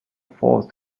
forced